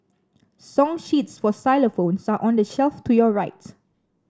song sheets for xylophones are on the shelf to your right